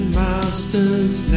master's